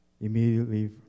Immediately